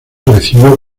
recibió